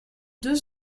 deux